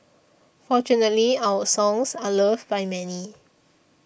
fortunately our songs are loved by many